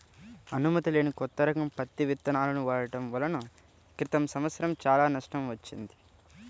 అనుమతి లేని కొత్త రకం పత్తి విత్తనాలను వాడటం వలన క్రితం సంవత్సరం చాలా నష్టం వచ్చింది